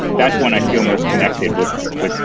that's when i feel most connected with with,